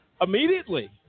Immediately